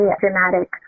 dramatic